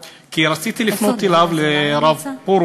מדיניות זו נשמרה גם לאחר העדכון בתוכנית